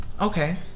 Okay